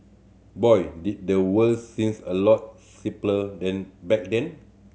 boy did the world seems a lot simpler then back then